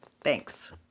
Thanks